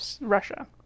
Russia